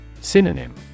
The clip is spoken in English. Synonym